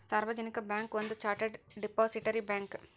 ಸಾರ್ವಜನಿಕ ಬ್ಯಾಂಕ್ ಒಂದ chartered depository bank